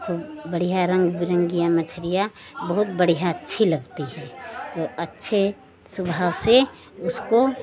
खूब बढ़िया रंग बिरंगिया मछलियाँ बहुत बढ़िया अच्छी लगती है तो अच्छे स्वभाव से उसको